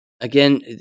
Again